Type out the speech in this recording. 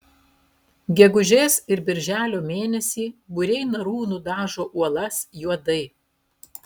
gegužės ir birželio mėnesį būriai narų nudažo uolas juodai